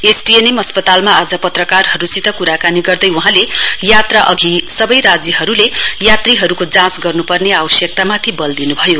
STNM अस्पतालमा आज पत्रकारहरुसित कुराकानी गर्दै वहाँले यात्राअघि सबै राज्यहरुले यात्रीहरुको जाँच गर्नुपर्ने आवश्यकत्माथि वल दिनुभयो